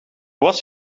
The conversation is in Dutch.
was